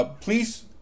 please